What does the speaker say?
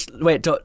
Wait